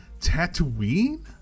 Tatooine